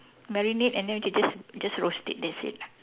marinate and then we can just just roast it that's it ah